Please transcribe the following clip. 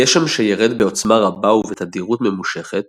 גשם שירד בעוצמה רבה ובתדירות ממושכת